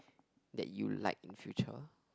that you like in the future